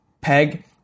peg